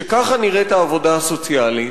כשככה נראית העבודה הסוציאלית,